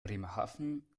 bremerhaven